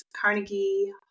Carnegie